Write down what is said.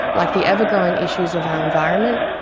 like the ever growing issues of our environment,